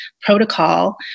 protocol